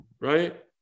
Right